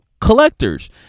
collectors